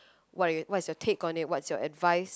what is what is your take on it what is your advice